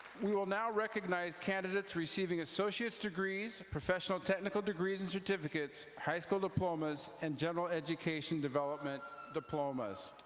we will now recognize candidates receiving associate degrees, professional technical degrees and certificates, high school diplomas, and general education development diplomas.